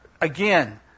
again